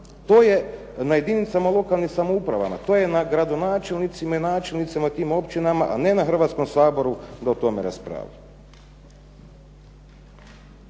to je na jedinicama lokalne samouprave, to je na gradonačelnicima i načelnicima u tim općinama, a ne na Hrvatskom saboru da o tome raspravlja.